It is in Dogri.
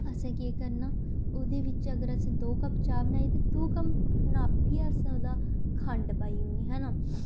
असें केह् करना ओह्दे बिच्च अगर असें दो कप्प चाह् बनाई ते दो कप्प नापियै असें ओह्दा खंड पाई ओड़नी है ना